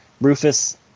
Rufus